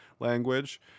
Language